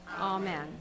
Amen